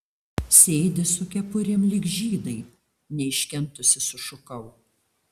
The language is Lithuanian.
sėdi su kepurėm lyg žydai neiškentusi sušukau